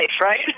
right